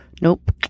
Nope